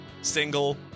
single